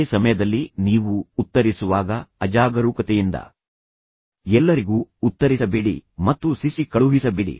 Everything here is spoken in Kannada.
ಅದೇ ಸಮಯದಲ್ಲಿ ನೀವು ಉತ್ತರಿಸುವಾಗ ಅಜಾಗರೂಕತೆಯಿಂದ ಎಲ್ಲರಿಗೂ ಉತ್ತರಿಸ ಬೇಡಿ ಮತ್ತು ಸಿಸಿ ಕಳುಹಿಸ ಬೇಡಿ